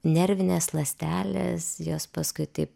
nervinės ląstelės jos paskui taip